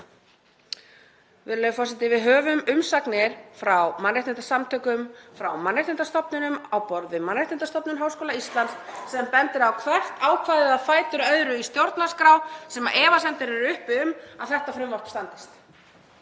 Við höfum umsagnir frá mannréttindasamtökum, frá mannréttindastofnunum á borð við Mannréttindastofnun Háskóla Íslands sem bendir á hvert ákvæðið á fætur öðru í stjórnarskrá sem efasemdir eru uppi um að þetta frumvarp standist.